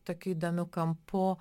tokiu įdomiu kampu